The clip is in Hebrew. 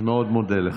אני מאוד מודה לך.